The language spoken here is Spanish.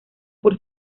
por